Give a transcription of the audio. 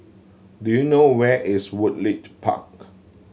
do you know where is Woodleigh Park